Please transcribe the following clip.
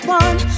one